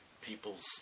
people's